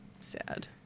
Sad